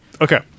Okay